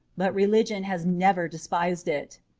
but religion has never despised it.